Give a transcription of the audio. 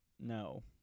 No